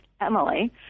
Emily